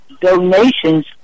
donations